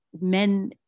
men